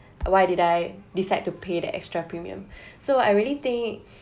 why did I decide to pay that extra premium so I really think